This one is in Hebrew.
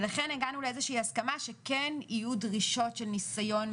ולכן הגענו לאיזושהי הסכמה שכן יהיו דרישות של ניסיון,